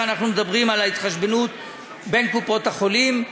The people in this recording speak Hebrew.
אנחנו מדברים על ההתחשבנות בין קופות-החולים.